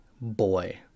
boy